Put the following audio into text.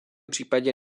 případě